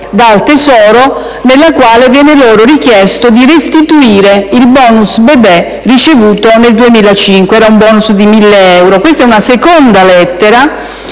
delle finanze nella quale viene loro richiesto di restituire il «*bonus* bebè» ricevuto nel 2005 (un *bonus* di 1.000 euro). Questa è una seconda lettera